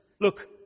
look